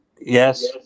Yes